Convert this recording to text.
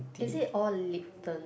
is it all lipton